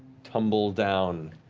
tumble down.